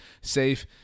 safe